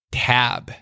tab